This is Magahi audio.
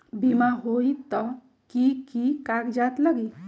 बिमा होई त कि की कागज़ात लगी?